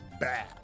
bad